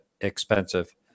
expensive